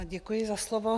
Děkuji za slovo.